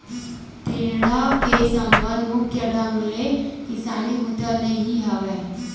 टेंड़ा के संबंध मुख्य ढंग ले किसानी बूता ले ही हवय